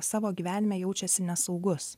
savo gyvenime jaučiasi nesaugus